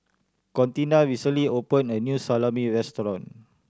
Contina recently opened a new Salami Restaurant